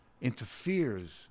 interferes